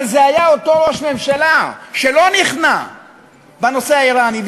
אבל זה היה אותו ראש ממשלה שלא נכנע בנושא האיראני,